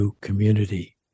community